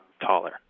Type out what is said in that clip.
taller